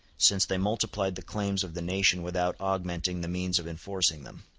since they multiplied the claims of the nation without augmenting the means of enforcing them